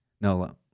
No